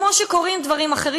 כמו שקורים דברים אחרים,